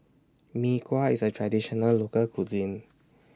Mee Kuah IS A Traditional Local Cuisine